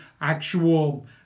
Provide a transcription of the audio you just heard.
actual